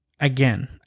again